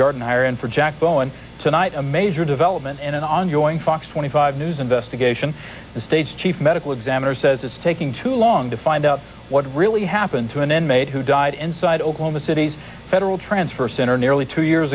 gardner in for jack bowen tonight a major development in an ongoing fox twenty five news investigation the state's chief medical examiner says it's taking too long to find out what really happened to an inmate who died inside oklahoma city's federal transfer center nearly two years